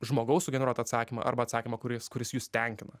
žmogaus sugeneruotą atsakymą arba atsakymą kuris kuris jus tenkina